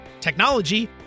technology